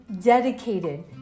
dedicated